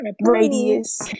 radius